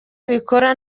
abikora